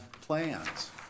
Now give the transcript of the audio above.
plans